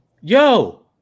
Yo